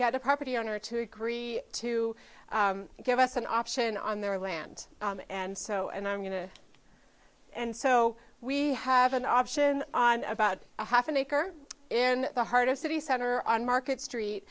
get a property owner to agree to give us an option on their land and so and i'm going to and so we have an option on about a half an acre in the heart of city center on market street